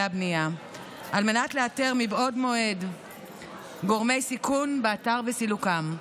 הבנייה על מנת לאתר מבעוד מועד גורמי סיכון באתר וסילוקם.